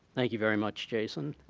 thank you very much, jason.